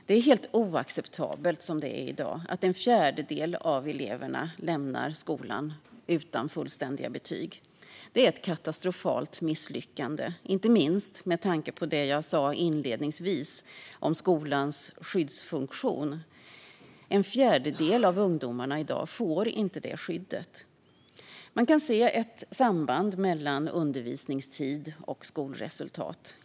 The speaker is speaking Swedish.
Det är helt oacceptabelt som det är i dag, att en fjärdedel av eleverna lämnar skolan utan fullständiga betyg. Det är ett katastrofalt misslyckande, inte minst med tanke på det jag sa inledningsvis om skolans skyddsfunktion. En fjärdedel av ungdomarna i dag får inte det skyddet. Man kan se ett samband mellan undervisningstid och skolresultat.